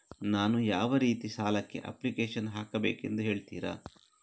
ನಾನು ಯಾವ ರೀತಿ ಸಾಲಕ್ಕೆ ಅಪ್ಲಿಕೇಶನ್ ಹಾಕಬೇಕೆಂದು ಹೇಳ್ತಿರಾ?